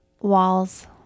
Walls